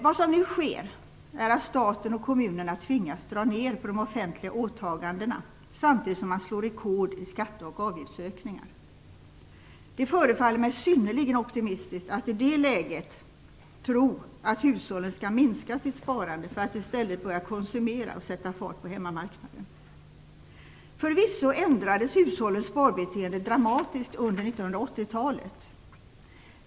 Vad som nu sker är att staten och kommunerna tvingas dra ner på de offentliga åtagandena samtidigt som man slår rekord i skatte och avgiftsökningar. Det förefaller mig synnerligen optimistiskt att i det läget tro att hushållen skall minska sitt sparande för att i stället börja konsumera och sätta fart på hemmamarknaden. Förvisso ändrades hushållens sparbeteende dramatiskt under 1980-talet.